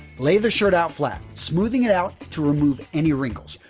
lay the shirt out flat, smoothing it out to remove any wrinkles.